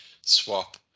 swap